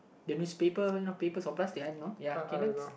the newspaper one you know papers or plus did I know ya K next